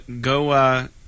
Go